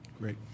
Great